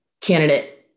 candidate